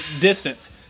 distance